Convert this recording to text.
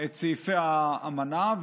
את סעיפי האמנה,